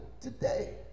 today